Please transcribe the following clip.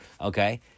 okay